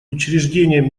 учреждение